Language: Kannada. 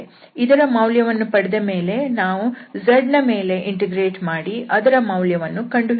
ಇದರ ಮೌಲ್ಯವನ್ನು ಪಡೆದ ಮೇಲೆ ನಾವು z ನ ಮೇಲೆ ಇಂಟಿಗ್ರೇಟ್ ಮಾಡಿ ಅದರ ಮೌಲ್ಯವನ್ನು ಕಂಡು ಹಿಡಿಯುತ್ತೇವೆ